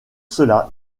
cela